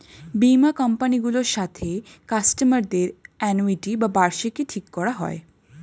বীমা কোম্পানি গুলোর সাথে কাস্টমার দের অ্যানুইটি বা বার্ষিকী ঠিক করা হয়